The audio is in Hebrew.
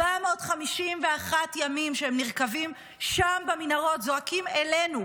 451 ימים שהם נרקבים שם במנהרות, זועקים אלינו,